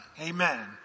Amen